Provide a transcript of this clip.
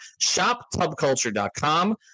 shoptubculture.com